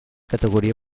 categoria